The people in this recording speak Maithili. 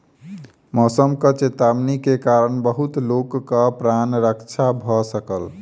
मौसमक चेतावनी के कारण बहुत लोकक प्राण रक्षा भ सकल